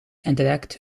interact